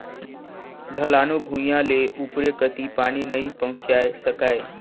ढलानू भुइयां ले उपरे कति पानी नइ पहुचाये सकाय